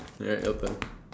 right your turn